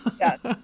Yes